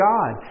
God